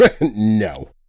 No